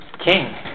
King